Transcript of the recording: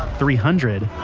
three hundred.